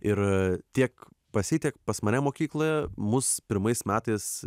ir tiek pas jį tiek pas mane mokykloje mus pirmais metais